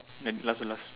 then last one last